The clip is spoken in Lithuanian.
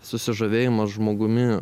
susižavėjimas žmogumi